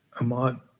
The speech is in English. Ahmad